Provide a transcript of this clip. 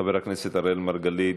חבר הכנסת אראל מרגלית,